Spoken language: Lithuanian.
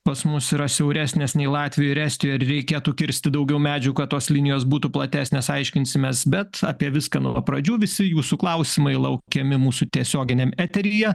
pas mus yra siauresnės nei latvijoj ir estijoj ir reikėtų kirsti daugiau medžių kad tos linijos būtų platesnės aiškinsimės bet apie viską nuo pradžių visi jūsų klausimai laukiami mūsų tiesioginiam eteryje